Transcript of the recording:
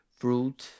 fruit